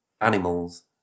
animals